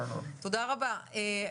תודה רבה.